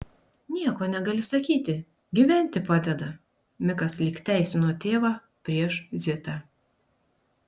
nieko negali sakyti gyventi padeda mikas lyg teisino tėvą prieš zitą